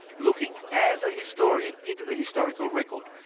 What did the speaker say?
looking as a historian into the historical record,